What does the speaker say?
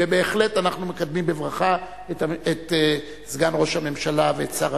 ובהחלט אנחנו מקדמים בברכה את סגן ראש הממשלה ושר הפנים.